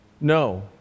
No